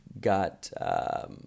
got